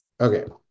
Okay